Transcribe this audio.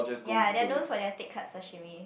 ya their known for their thick cut sashimi